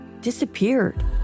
disappeared